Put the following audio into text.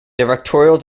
directorial